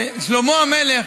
שלמה המלך,